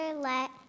let